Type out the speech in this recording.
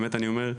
באמת אני אומר,